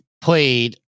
played